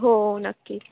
हो नक्कीच